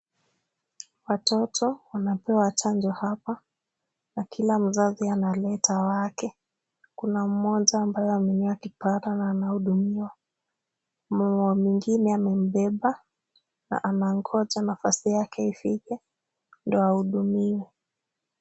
Watoto wanapewa chanjo hapa na kila mzazi analeta wake. Kuna mmoja ambaye amenyoa kipara na anahudumiwa. Mama mwingine amembeba na anangoja nafasi yake ifike ndio ahudumiwe.